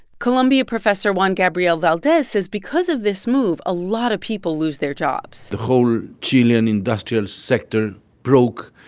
columbia professor juan gabriel valdes says because of this move, a lot of people lose their jobs the whole chilean industrial sector broke,